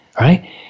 right